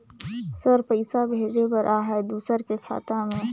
Sir पइसा भेजे बर आहाय दुसर के खाता मे?